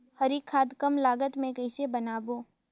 हरी खाद कम लागत मे कइसे बनाबो?